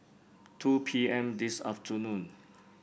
two P M this afternoon